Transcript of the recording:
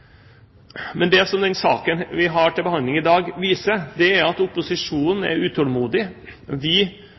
Men det som den saken vi har til behandling i dag, viser, er at opposisjonen er utålmodig. Vi